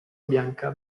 bianca